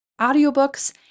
audiobooks